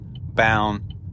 bound